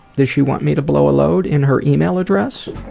does she want me to blow a load in her email address?